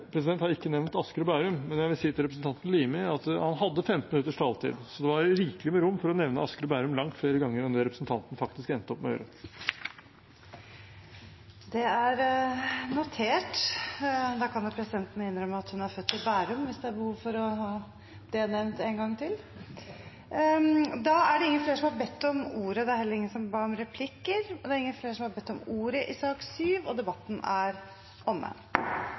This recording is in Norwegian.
vil si til representanten Limi at han hadde 15 minutters taletid, så det var rikelig med rom for å nevne Asker og Bærum langt flere ganger enn det representanten faktisk endte opp med å gjøre. Da kan presidenten innrømme at hun er født i Bærum – hvis det er behov at det blir nevnt en gang til. Flere har ikke bedt om ordet til sak nr. 7. Etter ønske fra kommunal- og forvaltningskomiteen vil presidenten ordne debatten slik: 3 minutter til hver partigruppe og 3 minutter til medlemmer av regjeringen. Videre vil det